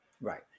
Right